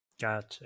Gotcha